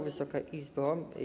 Wysoka Izbo!